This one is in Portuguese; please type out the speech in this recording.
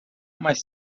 mais